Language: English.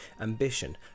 ambition